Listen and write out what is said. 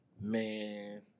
Man